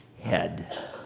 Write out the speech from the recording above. head